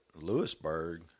Lewisburg